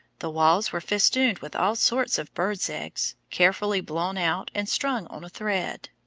the walls were festooned with all sorts of birds' eggs, carefully blown out and strung on a thread.